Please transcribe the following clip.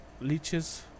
Leeches